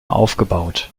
aufgebaut